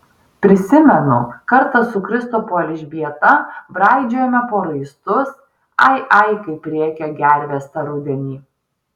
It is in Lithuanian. prisimenu kartą su kristupo elžbieta braidžiojome po raistus ai ai kaip rėkė gervės tą rudenį